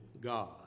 God